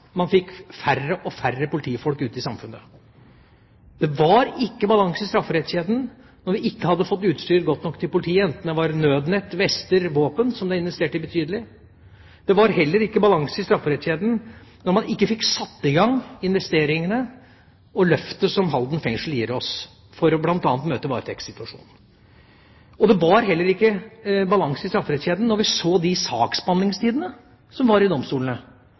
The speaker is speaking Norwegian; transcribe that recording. man fikk færre og færre politifolk ute i samfunnet. Det var ikke balanse i strafferettskjeden da vi ikke hadde fått godt nok utstyr til politiet, enten det var nødnett, vester eller våpen, som det er investert betydelig i. Det var ikke balanse i strafferettskjeden da man ikke fikk satt i gang investeringene og løftet som Halden fengsel gir oss, for bl.a. å møte varetektssituasjonen. Og det var heller ikke balanse i strafferettskjeden da vi så de saksbehandlingstidene som var i domstolene,